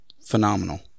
phenomenal